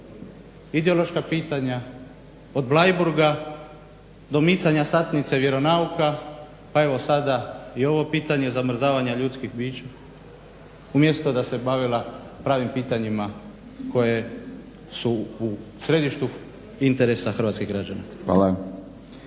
Ideološka pitanja od Bleiburga, do micanja satnice vjeronauka pa evo sada i ovo pitanje zamrzavanja ljudskih bića umjesto da se bavila pravim pitanjima koja su u središtu interesa hrvatskih građana.